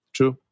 True